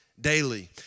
daily